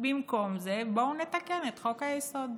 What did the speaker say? במקום זה בואו נתקן את חוק-היסוד.